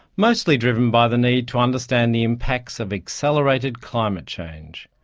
mostly driven by the need to understand the impacts of accelerated climate change.